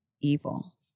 evil